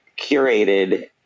curated